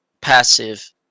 passive